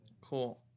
Cool